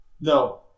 No